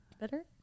better